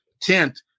tent